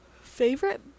Favorite